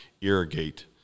irrigate